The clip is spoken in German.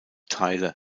teile